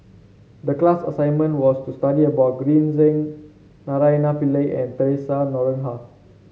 the class assignment was to study about Green Zeng Naraina Pillai and Theresa Noronha